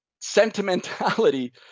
sentimentality